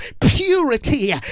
purity